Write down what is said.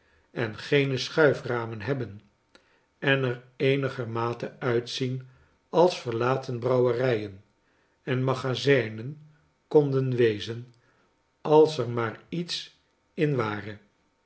en geene schuiframen hebben en er eenigermate uitzien als verlaten brouwerijen en magazijnen konden wezen als er maar iets in ware